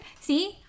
See